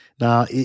Now